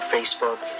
Facebook